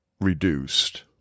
reduced